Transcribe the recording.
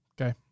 Okay